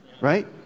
right